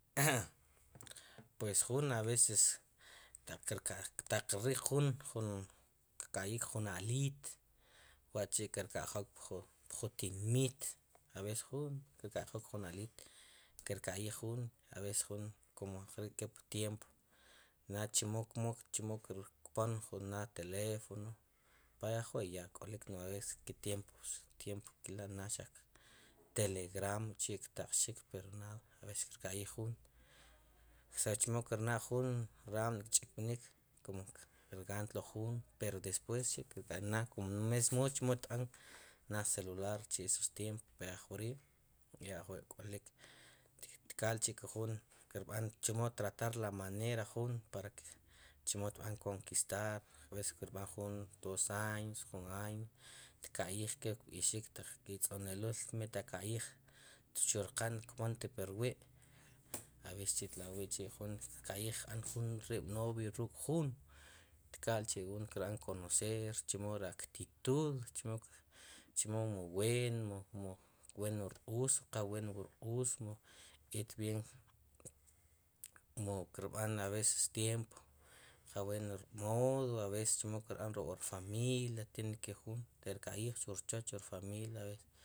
pues ju aves taq keriq jun kerk'ayij jun alit wachi kerkajoq pju tinmit aves jun kerkajok jun alit kerkayij jun aves jun komo keptiemp na chimo kpon nad telefono b'aya ajwi ya kolik pero aves ke tiempos nad xaq telegram chi ktaqxik pero nad aves kerkaqij jun saver chimo kernajun ri ranma' kchikpinik komo rgantlo jun pero despues komo mesmo chemo xtb'an na selular chi estos timep pero ajkori ya ajwi kolik tkal chi chimo kerb'an tratar la manera jun para ke chimo tb'an konkistar aves kerb'an jun dos años jun año tkayij keple kb'ix taq ke tz'onul mi takayij ti churqan kpon ti porwi aves chi tlawi jun kekayijchi kerb'an jun novio jun ruk' tkal chi jun kerb'al konoser chimo ri aktitud chimo wu wuen wuru's mo qawuen wu ru's et vien mu kerb'an aves tiemp qawuen rmod aves chemo kerb'an ruk' rfamilia tiene ke jun terkayij wu rchoch wu rfamilia